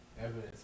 evidence